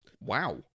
wow